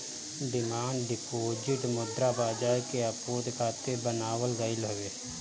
demand deposit मुद्रा बाजार के आपूर्ति खातिर बनावल गईल हवे